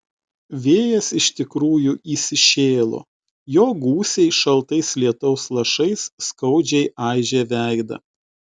vėjas iš tikrųjų įsišėlo jo gūsiai šaltais lietaus lašais skaudžiai aižė veidą